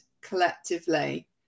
collectively